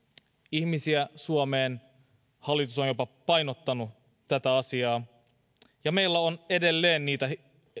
ihmisiä suomeen hallitus on jopa painottanut tätä asiaa meillä on edelleen niitä